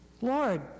Lord